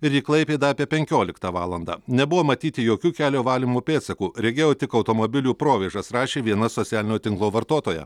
ir į klaipėdą apie penkioliktą valandą nebuvo matyti jokių kelio valymo pėdsakų regėjau tik automobilių provėžas rašė viena socialinio tinklo vartotoja